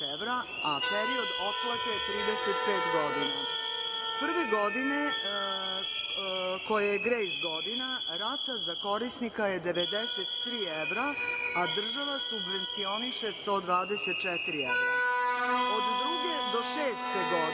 a period otplate je 35 godina. Prve godine koja je grejs godina rata za korisnika je 93 evra, a država subvencioniše 124 evra. Od druge do šeste godine